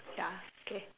ya okay